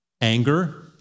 Anger